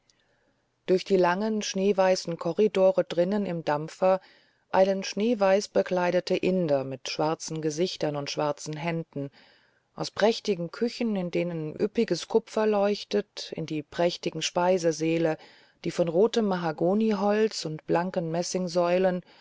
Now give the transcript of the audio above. durch die langen schneeweißen korridore drinnen im dampfer eilen schneeweiß gekleidete inder mit schwarzen gesichtern und schwarzen händen aus prächtigen küchen in denen üppiges kupfer leuchtet in die prächtigen speisesäle die von rotem mahagoniholz und blanken